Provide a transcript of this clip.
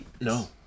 no